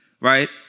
right